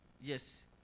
Yes